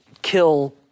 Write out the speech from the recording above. kill